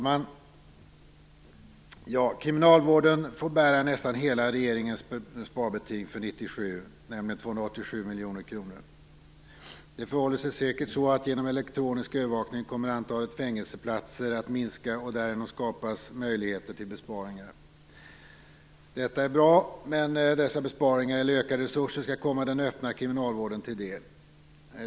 Herr talman! Kriminalvården får bära nästan hela regeringens sparbeting för 1997, nämligen 287 miljoner kronor. Genom elektronisk övervakning kommer säkert antalet fängelseplatser att minska. Därigenom skapas möjligheter till besparingar. Detta är bra, men dessa ökade resurser skall komma den öppna kriminalvården till del.